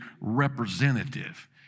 representative